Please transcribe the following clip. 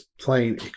plain